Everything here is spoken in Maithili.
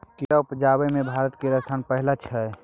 केरा उपजाबै मे भारत केर स्थान पहिल छै